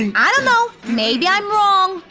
and i don't know, maybe i'm wrong.